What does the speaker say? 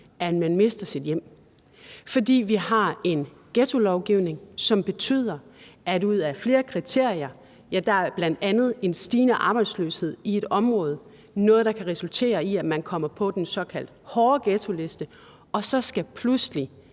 at man mister sit hjem, fordi vi har en ghettolovgivning, som betyder, at ud af flere kriterier er bl.a. en stigende arbejdsløshed i et område noget, der kan resultere i, at man kommer på den såkaldt hårde ghettoliste, og så skal 60